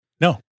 no